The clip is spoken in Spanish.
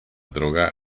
droga